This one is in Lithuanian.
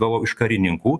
gavau iš karininkų